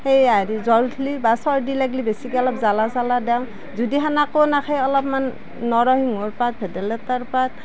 সেইয়া জ্বৰ উঠ্লি বা চৰ্দী লাগিলে বেছিকৈ অলপ জ্বালা চালা দেওঁ যদি সেনেকেও নাখায় অলপমান নৰসিংহৰ পাত ভেদাইলতাৰ পাত